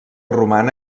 romana